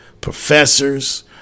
professors